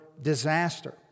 disaster